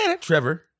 Trevor